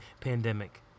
pandemic